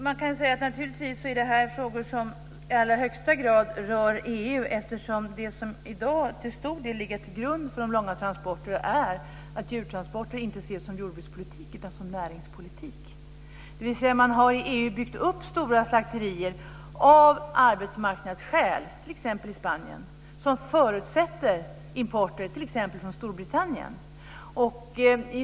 Fru talman! Naturligtvis är detta frågor som i allra högsta grad rör EU, eftersom det som till stor del ligger till grund för de långa transporterna i dag är att djurtransporter inte ses som jordbrukspolitik utan som näringspolitik. Man har i EU byggt upp stora slakterier av arbetsmarknadsskäl, t.ex. i Spanien, som förutsätter import, t.ex. från Storbritannien.